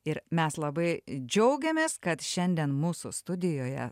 ir mes labai džiaugiamės kad šiandien mūsų studijoje